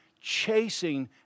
chasing